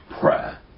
prayer